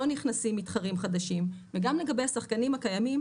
לא נכנסים מתחרים חדשים וגם לגבי השחקנים הקיימים